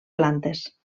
plantes